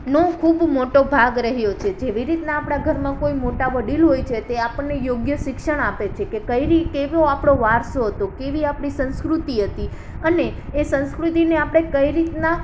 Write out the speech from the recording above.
નો ખૂબ મોટો ભાગ રહ્યો છે જેવી રીતના આપણા ઘરમાં કોઈ મોટાં વડીલ હોય છે તે આપણને યોગ્ય શિક્ષણ આપે છે કે કઇ રીતે આપળો વારસો હતો કેવી આપણી સંસ્કૃતિ હતી અને એ સંસ્કૃતિને આપણે કઈ રીતના